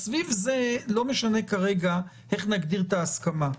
סביב זה לא משנה כרגע איך נגדיר את ההסכמה.